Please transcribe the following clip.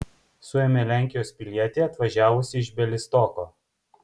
suėmė lenkijos pilietį atvažiavusį iš bialystoko